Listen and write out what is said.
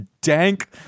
dank